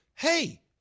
hey